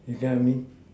you get I mean